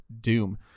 Doom